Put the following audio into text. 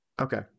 Okay